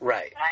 Right